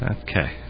Okay